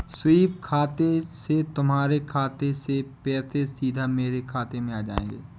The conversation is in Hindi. स्वीप खाते से तुम्हारे खाते से पैसे सीधा मेरे खाते में आ जाएंगे